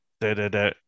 da-da-da